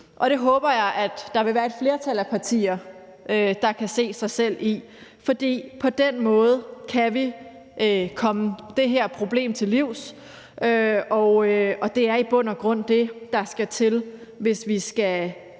Og det håber jeg at der vil være et flertal af partier der kan se sig selv i, for på den måde kan vi komme det her problem til livs, og det er i bund og grund det, der skal til, hvis vi skal